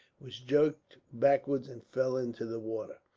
was jerked backwards and fell into the water.